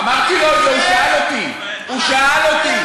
אמרתי לו את זה, הוא שאל אותי.